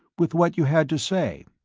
with what you had to say,